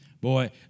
boy